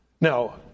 Now